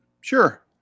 Sure